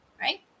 right